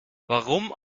warum